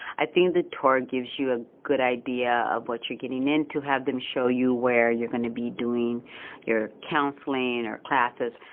i think the tour gives you a good idea of what you're getting into. have them show you where you're going to be doing your counseling or classes.